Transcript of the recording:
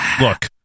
look